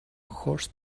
horse